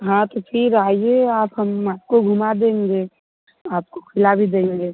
हाँ तो फिर आईए आप हम आपको घुमा देंगे आपको खिला भी देंगे